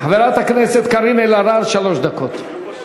חברת הכנסת קארין אלהרר, שלוש דקות.